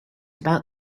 about